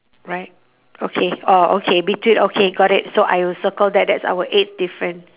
right okay orh okay between okay got it so I will circle that that's our eighth different